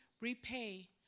repay